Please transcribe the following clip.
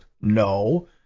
No